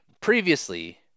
previously